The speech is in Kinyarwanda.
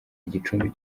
igicumbi